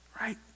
right